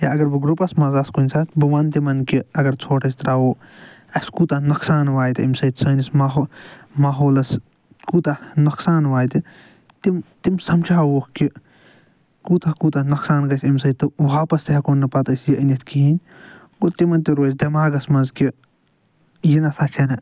یا اگر بہٕ گرٛوٗپس منٛز آسہٕ کُنہِ ساتہٕ بہٕ وَنہٕ تِمن کہِ اگر ژھۄٹھ أسۍ ترٛاوو اَسہِ کوٗتاہ نۄقصان واتہِ اَمہِ سۭتۍ سٲنِس ماحولس ماحولس کوٗتاہ نۄقصان واتہِ تِم تِم سمجھاہوکھ کہِ کوٗتاہ کوٗتاہ نۄقصان گژھِ اَمہِ سۭتۍ تہٕ واپس تہِ ہٮ۪کون نہٕ پتہٕ أسۍ کہیٖنٛۍ گوٚو تِمن تہِ روزِ دٮ۪ماغس منٛز کہِ یہِ نسا چھَنہٕ